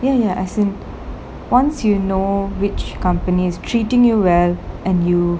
ya ya as in once you know which company is treating you well and you